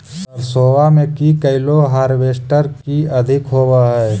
सरसोबा मे की कैलो हारबेसटर की अधिक होब है?